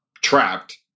trapped